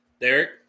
Derek